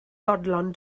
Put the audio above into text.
fodlon